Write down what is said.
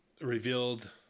revealed